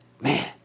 Man